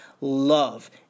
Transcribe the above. love